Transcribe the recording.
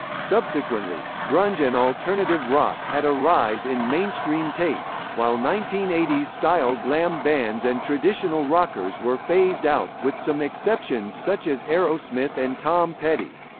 subsequently, grunge and alternative rock had a rise in mainstream tastes, while nineteen eighty s style glam bands and traditional rockers were phased out, with some exceptions such as aerosmith and tom petty.